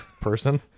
person